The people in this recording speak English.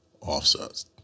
offsets